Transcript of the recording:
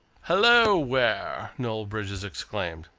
hullo, ware! noel bridges exclaimed.